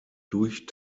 durch